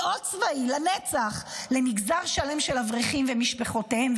או צבאי לנצח למגזר שלם של אברכים ומשפחותיהם,